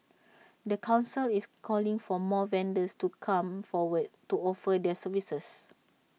the Council is calling for more vendors to come forward to offer their services